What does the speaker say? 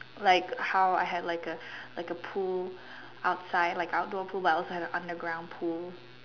like how I had like a like a pool outside like outdoor pool but I also have an underground pool